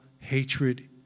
hatred